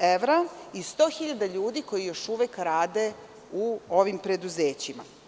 evra i 100.000 ljudi, koji još uvek rade u ovim preduzećima.